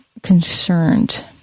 concerned